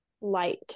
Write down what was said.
light